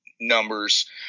numbers